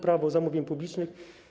Prawo zamówień publicznych.